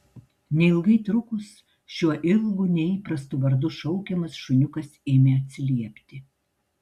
neilgai trukus šiuo ilgu neįprastu vardu šaukiamas šuniukas ėmė atsiliepti